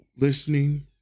listening